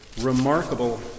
remarkable